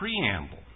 preamble